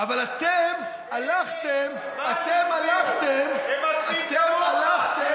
אבל אתם הלכתם, יואל, הם מצביעים כמוך, יואל.